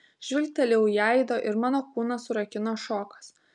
žvilgtelėjau į aido ir mano kūną surakino šokas